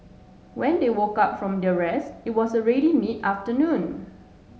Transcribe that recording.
when they woke up from their rest it was already mid afternoon